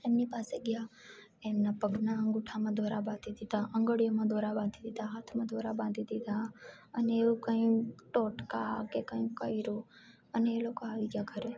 એમની પાસે ગયા એમના પગના અંગૂઠામાં દોરા બાંધી દિધા આંગળીઓમાં દોરા બાંધી દિધા હાથમાં દોરા બાંધી દિધા અને એવું કાંઈ એવું ટોટકા કે કંઈ કર્યું અને એ લોકો આવી ગયા ઘરે